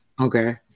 okay